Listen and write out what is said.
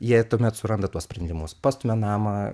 jie tuomet suranda tuos sprendimus pastumia namą